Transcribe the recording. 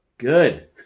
good